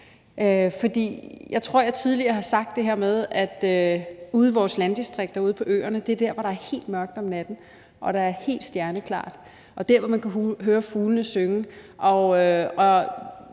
det her med, at ude i vores landdistrikter og ude på øerne er dér, hvor det er helt mørkt om natten og helt stjerneklart, og det er der, man kan høre fuglene synge.